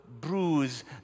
bruise